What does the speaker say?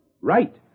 Right